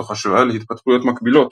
תוך השוואה להתפתחויות מקבילות